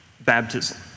baptism